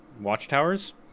watchtowers